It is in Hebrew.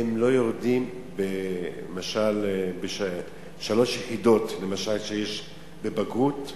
הם לא יורדים למשל משלוש יחידות שיש בבגרות.